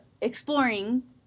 exploring